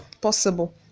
possible